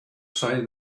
say